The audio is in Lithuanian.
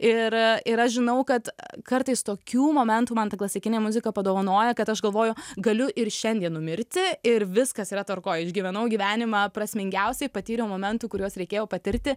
ir ir aš žinau kad kartais tokių momentų man ta klasikinė muzika padovanoja kad aš galvoju galiu ir šiandien numirti ir viskas yra tvarkoj išgyvenau gyvenimą prasmingiausiai patyriau momentų kuriuos reikėjo patirti